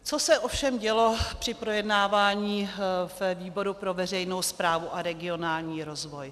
Co se ovšem dělo při projednávání ve výboru pro veřejnou správu a regionální rozvoj?